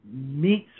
meets